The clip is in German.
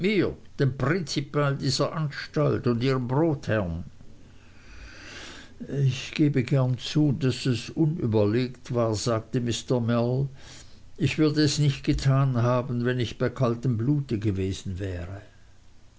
prinzipal dieser anstalt und ihrem brotherrn ich gebe gern zu daß es unüberlegt war sagte mr mell ich würde es nicht getan haben wenn ich bei kaltem blute gewesen wäre